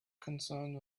concerned